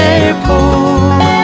Airport